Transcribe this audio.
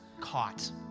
caught